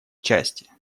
части